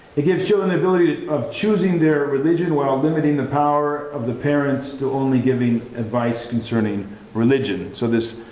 it gives children the ability of choosing their religion, while limiting the power of the parents to only giving advice concerning religion. it so affirms